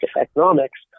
economics